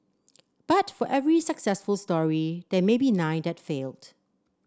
but for every successful story there may be nine that failed